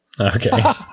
Okay